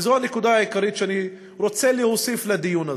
וזו הנקודה העיקרית שאני רוצה להוסיף לדיון הזה,